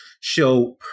show